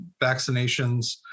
vaccinations